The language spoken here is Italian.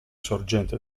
sorgente